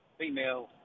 female